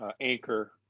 Anchor